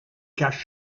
cache